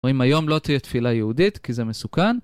או אם היום לא תהיה תפילה יהודית, כי זה מסוכן.